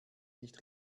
nicht